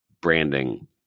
branding